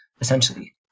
essentially